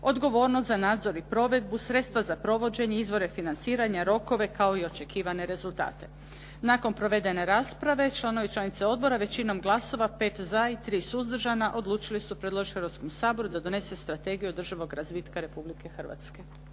odgovornost za nadzor i provedbu, sredstva za provođenje, izvore financiranja, rokove, kao i očekivane rezultate. Nakon provedene rasprave članovi i članice odbora većinom glasova, 5 za i 3 suzdržana, odlučili su predložiti Hrvatskom saboru da donese Strategiju održivog razvitka Republike Hrvatske.